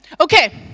Okay